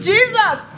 Jesus